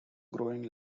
growing